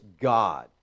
God